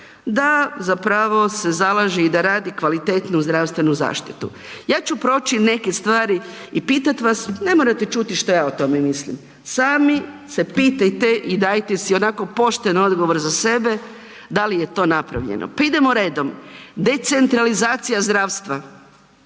da zapravo se zalaže i da radi kvalitetnu zdravstvenu zaštitu. Ja ću proći neke stvari i pitati vas, ne morate čuti šta ja o tome mislim. Sami se pitajte i dajte si onako pošten odgovor za sebe da li je to napravljeno. Pa idemo redom. Decentralizacija zdravstva,